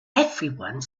everyone